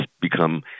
become